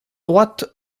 droite